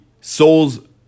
soul's